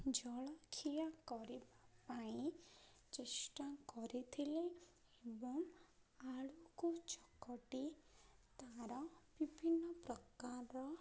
ଜଳଖିଆ କରିବା ପାଇଁ ଚେଷ୍ଟା କରିଥିଲେ ଏବଂ ଆଳୁକୁ ଚକଟି ତା'ର ବିଭିନ୍ନ ପ୍ରକାର